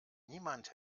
niemand